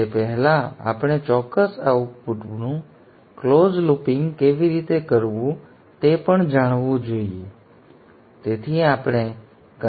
તેથી તે પહેલાં આપણે ચોક્કસ આઉટપુટનું બંધ લૂપિંગ કેવી રીતે કરવું તે પણ જાણવું જોઈએ